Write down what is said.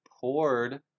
poured